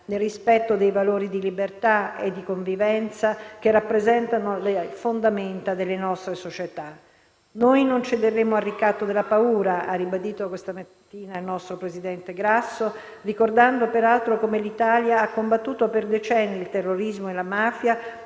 nel rispetto dei valori di libertà e di convivenza che rappresentano le fondamenta delle nostre società. «Noi non cederemo al ricatto della paura», ha ribadito questa mattina il nostro presidente Grasso, ricordando peraltro come l'Italia abbia combattuto per decenni il terrorismo e la mafia